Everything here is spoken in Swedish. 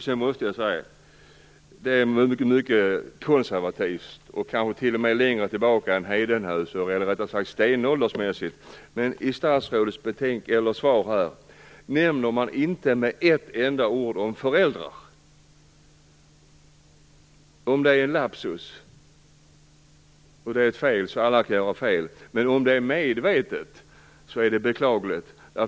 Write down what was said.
Sedan måste jag säga något som är mycket konservativt och som verkar vara något från ännu längre tillbaka än hedenhös. Det är rent av stenåldersmässigt. I statsrådets svar nämns inte föräldrar med ett enda ord. Det kan vara en lapsus och ett fel. Alla kan ha fel. Men om det är medvetet är det beklagligt.